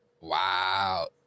Wow